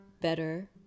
better